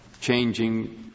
changing